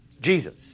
Jesus